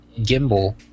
gimbal